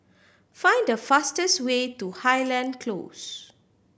find the fastest way to Highland Close